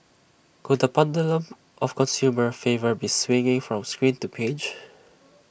could the pendulum of consumer favour be swinging from screen to page